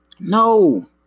No